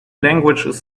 languages